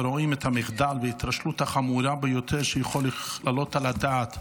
ורואים את המחדל וההתרשלות החמורה ביותר שיכולים להעלות על הדעת,